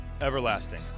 Everlasting